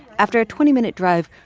after a twenty minute drive,